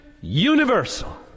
universal